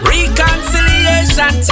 Reconciliation